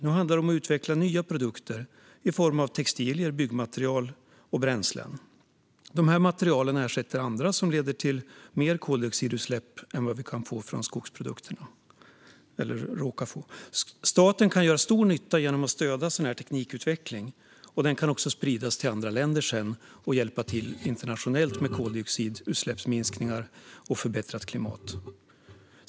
Nu handlar det om att utveckla nya produkter i form av textilier, byggmaterial och bränslen. Dessa material ersätter andra som lett till mer koldioxidutsläpp än vi kommer att få från skogsprodukterna. Staten kan göra stor nytta genom att stödja sådan teknikutveckling, som sedan också kan spridas till andra länder och hjälpa till internationellt med koldioxidutsläppsminskningar och förbättrat klimat.